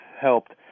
helped